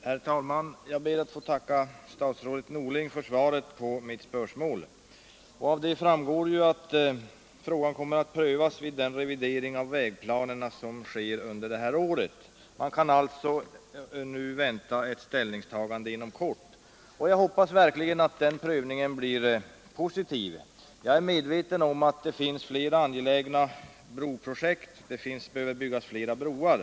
Herr talman! Jag tackar statsrådet Norling för svaret på mitt spörsmål. Av svaret framgår att frågan kommer att prövas vid den revidering av vägplanerna som sker under detta år. Man kan alltså nu vänta ett ställningstagande inom kort. Jag hoppas verkligen att den prövningen blir positiv. Jag är medveten om att det finns flera broar som behöver byggas när det gäller mellanriksförbindelserna.